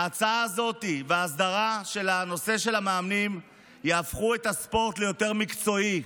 ההצעה הזאת וההסדרה של נושא המאמנים יהפכו את הספורט ליותר מקצועי,